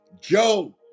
Joe